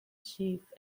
chief